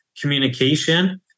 communication